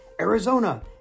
Arizona